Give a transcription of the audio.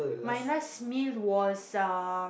my last meal was uh